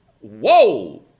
Whoa